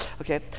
okay